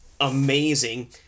amazing